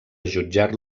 jutjar